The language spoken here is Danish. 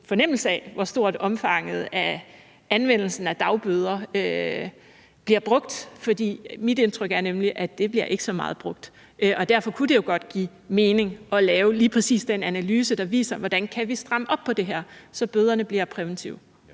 fornemmelse af, hvor stort omfanget af anvendelsen af dagbøder er? For mit indtryk er nemlig, at det ikke bliver brugt så meget, og derfor kunne det jo godt give mening at lave lige præcis den analyse, der viser, hvordan vi kan stramme op på det her, så bøderne bliver præventive.